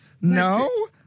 No